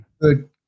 good